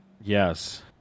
yes